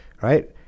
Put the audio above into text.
right